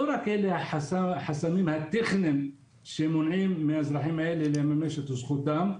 לא רק החסמים הטכניים שמונעים מהאזרחים האלה לממש את זכותם,